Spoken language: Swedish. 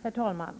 förekommer.